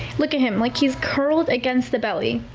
look at him, like he's curled against the belly.